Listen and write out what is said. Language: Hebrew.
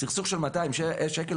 סכסוך של מאתיים שקל,